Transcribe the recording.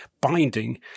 binding